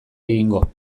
egingo